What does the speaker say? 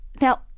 Now